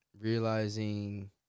realizing